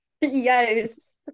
Yes